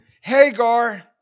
Hagar